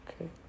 Okay